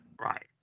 right